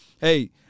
Hey